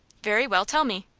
very well, tell me.